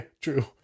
true